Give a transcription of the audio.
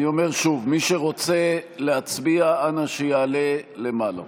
אני אומר שוב, מי שרוצה להצביע, אנא, שיעלה למעלה.